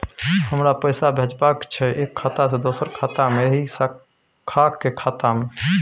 हमरा पैसा भेजबाक छै एक खाता से दोसर खाता मे एहि शाखा के खाता मे?